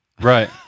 Right